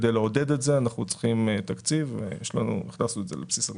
כדי לעודד את זה אנחנו צריכים תקציב והכנסנו את זה לבסיס התקציב.